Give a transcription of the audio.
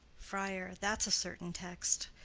friar. that's a certain text.